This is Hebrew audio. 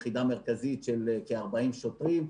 יחידה מרכזית של כ-40 שוטרים,